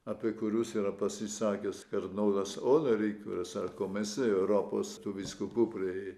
apie kuriuos yra pasisakęs karnoldas olerikveris ar komisija europos tų vyskupų prie